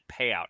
payout